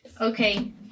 okay